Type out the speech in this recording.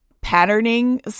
patterning